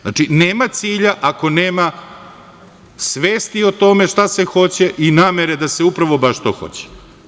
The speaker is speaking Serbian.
Znači, nema cilja ako nema svesti o tome šta se hoće i namere da se upravo baš to hoće.